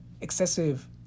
Excessive